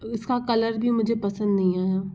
उसका कलर भी मुझे पसंद नहीं आया